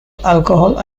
alcohol